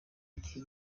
igihe